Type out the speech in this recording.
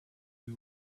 who